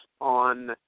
on